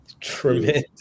tremendous